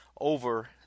over